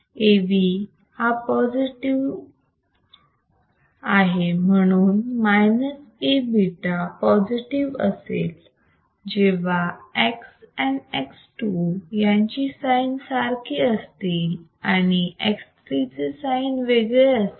AV हा positive आहे म्हणून मायनस A बीटा पॉझिटिव्ह असेल जेव्हा X1 and X2 यांची साईन सारखी असतील आणि X3 चे साईन वेगळे असेल